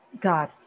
God